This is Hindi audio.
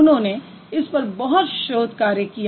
उन्होंने इस पर बहुत शोध कार्य किया है